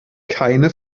keine